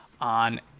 on